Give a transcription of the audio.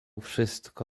wszystko